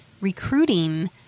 recruiting